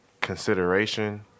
consideration